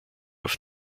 auf